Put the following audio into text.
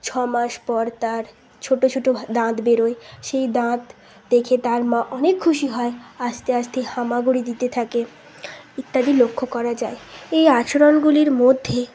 ছ মাস পর তার ছোটো ছোটো দাঁত বেরোয় সেই দাঁত দেখে তার মা অনেক খুশি হয় আস্তে আস্তে হামাগুড়ি দিতে থাকে ইত্যাদি লক্ষ্য করা যায় এই আচরণগুলির মধ্যে